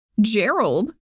Gerald